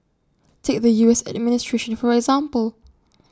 take the U S administration for example